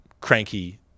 cranky